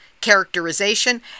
characterization